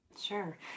Sure